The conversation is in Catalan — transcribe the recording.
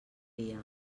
dia